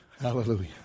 Hallelujah